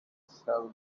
sell